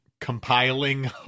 compiling